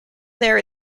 there